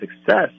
success